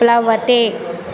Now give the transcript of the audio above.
प्लवते